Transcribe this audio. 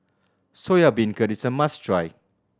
Soya Beancurd is a must try